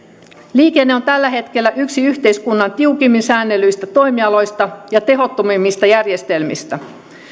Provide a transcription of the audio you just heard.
liikenne on tällä hetkellä yksi yhteiskunnan tiukimmin säännellyistä toimialoista ja tehottomimmista järjestelmistä